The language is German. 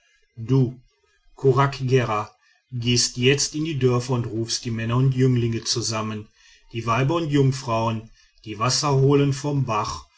du kuraggera gehst jetzt in die dörfer und rufst die männer und jünglinge zusammen die weiber und jungfrauen die wasser holen vom bach